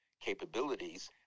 capabilities—